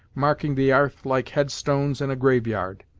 marking the arth like headstones in a graveyard.